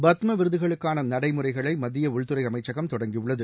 பத்ம வி ரு துகளுக்காள நடை முறைகளை மத்திய உள்துறை அமைச்சகம் தொடங்கிய ள்ளது